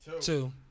Two